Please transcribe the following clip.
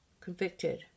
Convicted